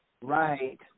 Right